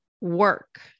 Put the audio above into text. work